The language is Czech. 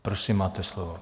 Prosím, máte slovo.